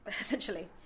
essentially